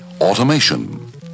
automation